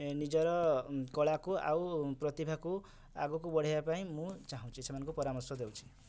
ନିଜର କଳା କୁ ଆଉ ପ୍ରତିଭା କୁ ଆଗୁକୁ ବଢ଼ାଇବା ପାଇଁ ମୁଁ ଚାଁହୁଛି ସେମାନଙ୍କୁ ପରାମର୍ଶ ଦେଉଛି